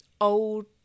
old